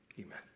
Amen